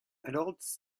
adults